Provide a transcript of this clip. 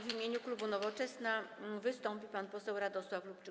W imieniu klubu Nowoczesna wystąpi pan poseł Radosław Lubczyk.